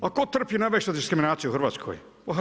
A tko trpi najveću diskriminaciju u Hrvatskoj?